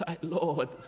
Lord